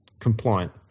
compliant